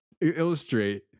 illustrate